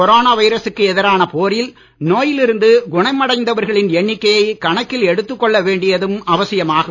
corona வைரசுக்கு எதிரான போரில் நோயில் இருந்து குணமடைந்தவர்களின் எண்ணிக்கையை கணக்கில் எடுத்துக் கொள்ள வேண்டியதும் அவசியமாகும்